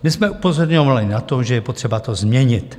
My jsme upozorňovali na to, že je potřeba to změnit.